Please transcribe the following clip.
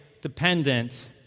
dependent